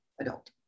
adult